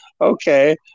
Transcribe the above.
okay